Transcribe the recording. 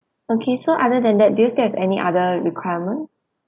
okay so other than that do you still have any other requirement